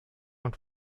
und